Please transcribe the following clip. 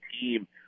team